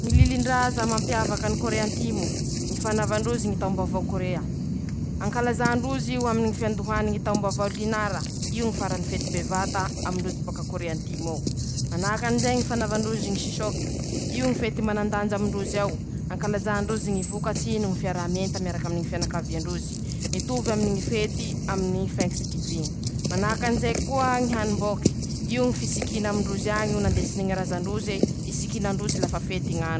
Ñy lilindraza mampiavaky any Kôré antimo: ñy fanaova ndrozy ñy taombaovao kôrea, ankalazà ndroz'io aminy ñy fihandohany ñy taombaovao linara, io ñy farany fety bevata amindrozy baka Kôré antimo ao, manahakan'izay ñy fanaova ndrozy ñy sisôky, io ñy fety manandanja amindrozy ao, ankakazà ndrozy ñy vokatsy noho ñy fiaraha mienta miaraky aminy ñy fianakavia ndrozy, mitovy aminy ñy fety thans geving, manakanjay koa ñy hanimbôky, io ñy fisikina amindrozy añ'io, nandesiny ñy razandroze, isikinandroze lafa fety ña.